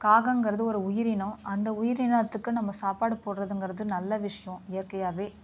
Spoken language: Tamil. காகங்கிறது ஒரு உயிரினம் அந்த உயிரினத்துக்கு நம்ம சாப்பாடு போடுறதுங்கிறது நல்ல விஷயம் இயற்கையாகவே